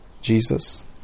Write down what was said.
Jesus